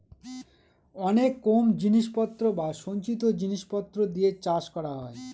অনেক কম জিনিস পত্র বা সঞ্চিত জিনিস পত্র দিয়ে চাষ করা হয়